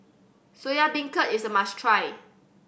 Soya Beancurd is a must try